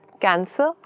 Cancer